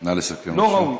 נא לסכם, אדוני.